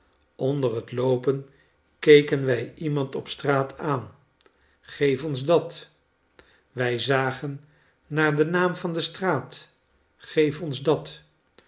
onder het loopen keken wij iemand op straat aan geef ons dat wij zagen naar de naam van de straat geefons dat